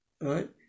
right